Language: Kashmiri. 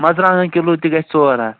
مَرژٕوانٛگَن کِلوٗ تہِ گژھِ ژور ہَتھ